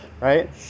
right